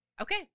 Okay